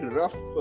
rough